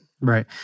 Right